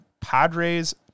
Padres